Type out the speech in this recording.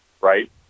Right